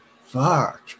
Fuck